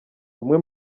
umwe